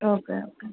okay okay